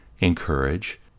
encourage